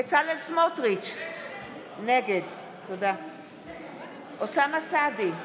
סמוטריץ' נגד אוסאמה סעדי,